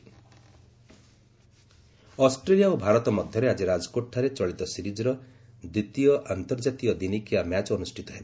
cricket Australia ଓ ଭାରତ ମଧ୍ୟରେ ଆଜି ରାଜକୋଟ୍ଠାରେ ଚଳିତ ସିରିଜ୍ର ଦ୍ୱିତୀୟ ଆନ୍ତର୍ଜାତିକ ଦିନିକିଆ ମ୍ୟାଚ୍ ଅନୁଷ୍ଠିତ ହେବ